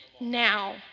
now